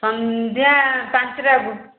ସନ୍ଧ୍ୟା ପାଞ୍ଚଟାକୁ